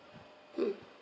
mm